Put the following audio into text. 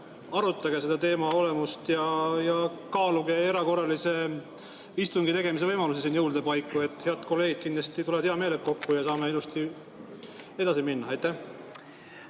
arutage seda teema olemust ja kaaluge erakorralise istungi tegemise võimalusi jõulude paiku. Head kolleegid kindlasti tulevad hea meelega kokku ja saame ilusti edasi minna. Aitäh,